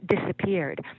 disappeared